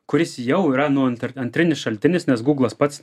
kuris jau yra nu antri antrinis šaltinis nes guglas pats